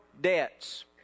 debts